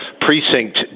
precinct